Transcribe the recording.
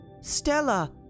Stella